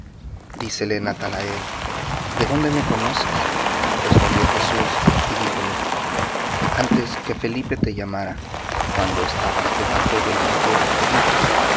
engaño dícele natanael de dónde me conoces respondió jesús y díjole antes que felipe te llamara cuando estabas debajo de la higuera te vi